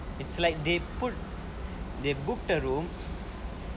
it's like they put they book the room